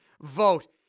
vote